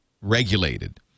regulated